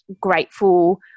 grateful